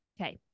Okay